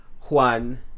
Juan